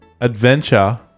Adventure